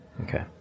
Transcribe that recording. Okay